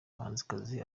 umuhanzikazi